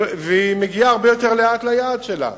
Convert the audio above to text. ומגיעה הרבה יותר לאט ליעד שלה.